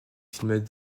films